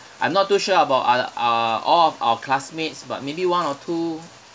I'm not too sure about other uh all of our classmates but maybe one or two